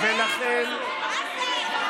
מבוא לדיקטטורה,